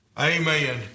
Amen